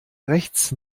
rechts